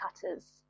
cutters